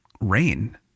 rain